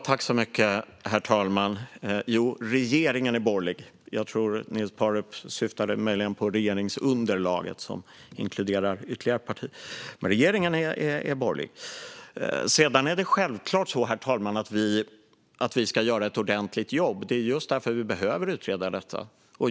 Herr talman! Jo, regeringen är borgerlig. Jag tror att Niels Paarup-Petersen syftade på regeringsunderlaget, som inkluderar ytterligare ett parti, men regeringen är borgerlig. Det är självklart så, herr talman, att regeringen ska göra ett ordentligt jobb. Det är just därför detta behöver utredas.